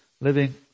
living